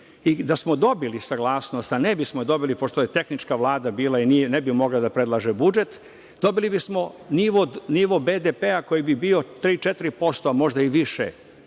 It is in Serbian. i da smo dobili saglasnost, a ne bismo je dobili pošto je tehnička Vlada bila i ne bi mogla da predlaže budžet, dobili bismo nivo BDP-a koji bi bio 3%, 4%, a možda i više,